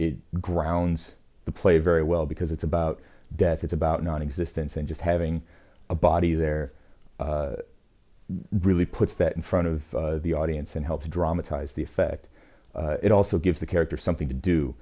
grounds the play very well because it's about death it's about nonexistence and just having a body there really puts that in front of the audience and helps dramatize the effect it also gives the character something to